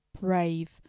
brave